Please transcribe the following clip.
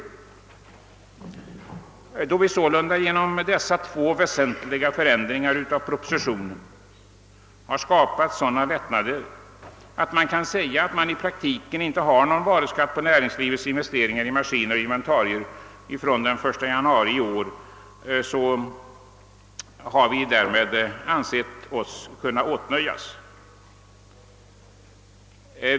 Då det genom dessa två väsentliga förändringar av propositionen har skapats sådana lättnader att man kan säga att det i praktiken inte finns någon varuskatt på näringslivets investeringar i maskiner och inventarier från den 1 januari i år, har vi låtit oss nöja med detta.